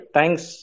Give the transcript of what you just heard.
Thanks